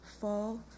Fall